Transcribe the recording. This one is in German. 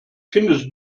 findest